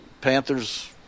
Panthers